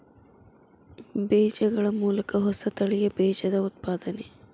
ಬೇಜಗಳ ಮೂಲಕ ಹೊಸ ತಳಿಯ ಬೇಜದ ಉತ್ಪಾದನೆ